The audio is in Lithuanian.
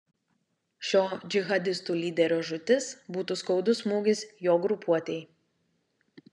šio džihadistų lyderio žūtis būtų skaudus smūgis jo grupuotei